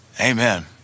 Amen